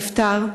נפטר.